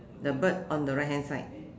the bird on the right hand side